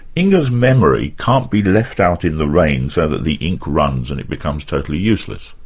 inga's memory can't be left out in the rain so that the ink runs and it becomes totally useless.